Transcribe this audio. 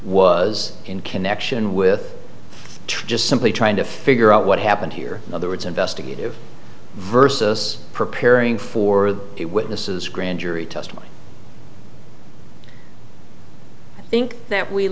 was in connection with just simply trying to figure out what happened here the words investigative versus preparing for the witnesses grand jury testimony i think that we